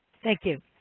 thank you.